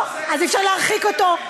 מה שאני רוצה לומר,